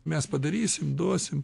mes padarysim duosim